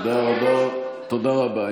תודה רבה.